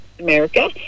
America